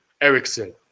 Ericsson